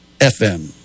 FM